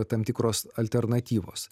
tam tikros alternatyvos